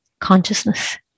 consciousness